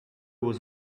was